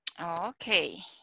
Okay